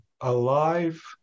alive